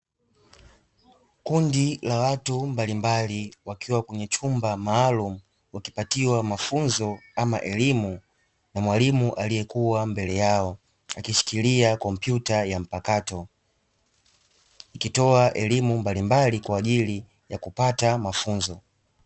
Kundi la watu mbalimbali wakiwa kwenye chumba maalumu wakipatiwa mafunzo ama elimu na mwalimu aliyekuwa mbele yao akishikilia kompyuta ya mpakato akitoa elimu mbalimbali kwa ajili ya kupata mafunzo.